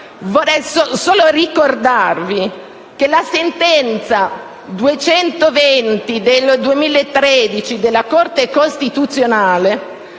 Vorrei solo ricordarvi che la sentenza n. 220 del 2013 della Corte costituzionale